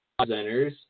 presenters